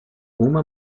uma